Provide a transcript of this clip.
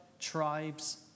tribes